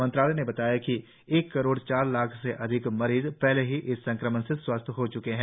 मंत्रालय ने बताया कि एक करोड चार लाख से अधिक मरीज पहले ही इस संक्रमण से स्वस्थ हो चुके हैं